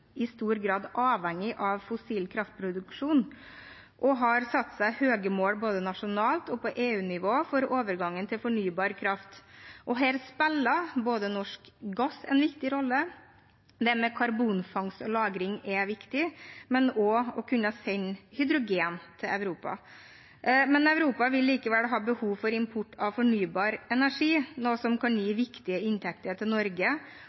i stor grad er avhengig av fossil kraftproduksjon og har satt seg høye mål både nasjonalt og på EU-nivå for overgangen til fornybar kraft. Her spiller norsk gass en viktig rolle, det med karbonfangst og -lagring er viktig, og det er også å kunne sende hydrogen til Europa. Men Europa vil likevel ha behov for import av fornybar energi, noe som kan gi viktige inntekter til Norge